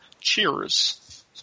Cheers